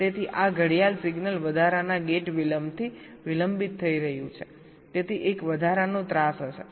તેથી આ clock signal વધારાના ગેટ વિલંબથી વિલંબિત થઈ રહ્યું છે તેથી એક વધારાનો ત્રાસ હશે